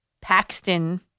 Paxton